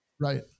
right